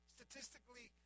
Statistically